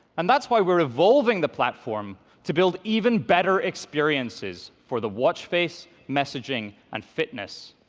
and that's why we're evolving the platform to build even better experiences for the watch face, messaging, and fitness.